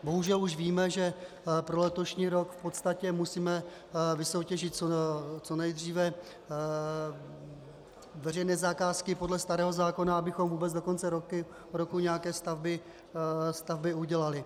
Bohužel už víme, že pro letošní rok v podstatě musíme vysoutěžit co nejdříve veřejné zakázky podle starého zákona, abychom vůbec do konce roku nějaké stavby udělali.